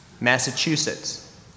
Massachusetts